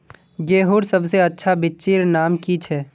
गेहूँर सबसे अच्छा बिच्चीर नाम की छे?